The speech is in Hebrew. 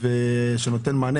שנותן מענה,